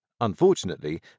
Unfortunately